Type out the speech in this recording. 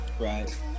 right